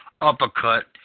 uppercut